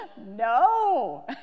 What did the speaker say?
No